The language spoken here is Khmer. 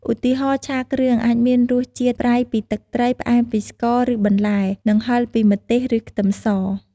ឧទាហរណ៍ ឆាគ្រឿងអាចមានរសជាតិប្រៃពីទឹកត្រី ផ្អែមពីស្ករ ឬបន្លែ និងហឹរពីម្ទេស ឬខ្ទឹមស។